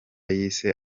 yise